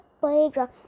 Playground